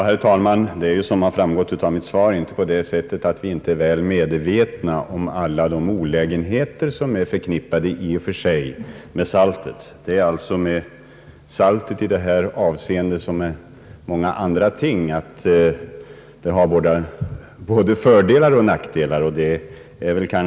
Herr talman! Som framgått av mitt svar är vi mycket väl medvetna om alla de olägenheter som är förknippade med saltet. Det är med vägsaltet som med andra ting, att det har både fördelar och nackdelar.